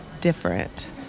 different